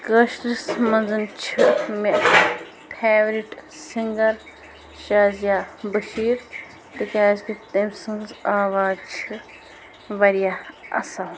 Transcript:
کٲشِرِس منٛز چھِ مےٚ فیورِٹ سِنٛگَر شازِیا بٔشیٖر تِکیٛازِ کہِ تٔمِۍ سٔنٛز آواز چھِ واریاہ اصٕل